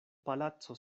palaco